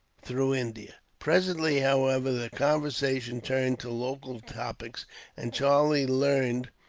through india. presently, however, the conversation turned to local topics and charlie learned,